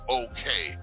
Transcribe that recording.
okay